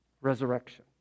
resurrection